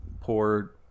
poor